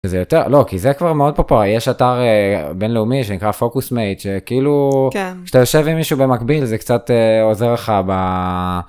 זה יותר לא כי זה כבר מאוד פה יש אתר בינלאומי שנקרא focus mate כאילו אתה יושב עם מישהו במקביל זה קצת עוזר לך.